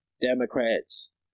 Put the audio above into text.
Democrats